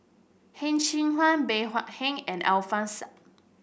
Heng Cheng Hwa Bey Hua Heng and Alfian Sa'at